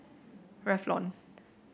Revlon